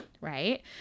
right